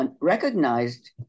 recognized